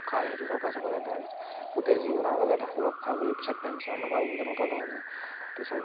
সুৰক্ষা সেইটো চৰকাৰী চাকৰি এটাই গোটেই জীৱনৰ বাবে এটা সুৰক্ষা বুলি পিছত পেঞ্চনো পাব তেনেকুৱা ধৰণৰ